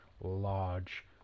large